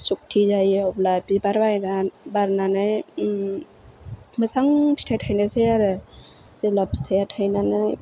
सक्ति जायो अब्ला बिबार बारगोन बारनानै मोजां फिथाइ थायनोसै आरो जेब्ला फिथाइया थायनानै